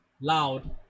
loud